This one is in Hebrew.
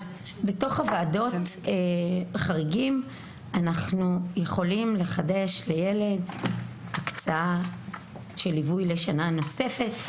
בתוך ועדות החריגים אנחנו יכולים לחדש לילד הקצאה של ליווי לשנה נוספת.